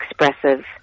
expressive